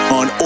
on